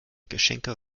geschenke